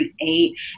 create